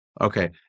Okay